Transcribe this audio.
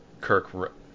Kirk